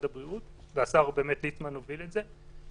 הבריאות והשר ליצמן באמת הוביל את זה.